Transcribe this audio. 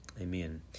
amen